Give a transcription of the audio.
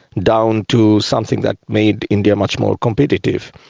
down to something that made india much more competitive.